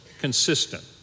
consistent